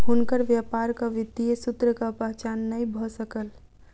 हुनकर व्यापारक वित्तीय सूत्रक पहचान नै भ सकल